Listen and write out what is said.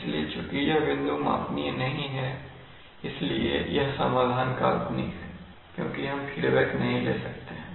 इसलिए चूंकि यह बिंदु मापनीय नहीं है इसलिए यह समाधान काल्पनिक है क्योंकि हम फीडबैक नहीं ले सकते हैं